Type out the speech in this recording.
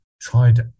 tried